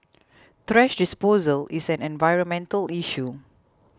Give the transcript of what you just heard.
thrash disposal is an environmental issue